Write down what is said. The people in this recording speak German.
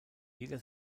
jeder